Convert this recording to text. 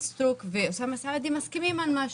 סטרוק ואוסאמה סעדי מסכימים על משהו,